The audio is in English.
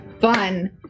Fun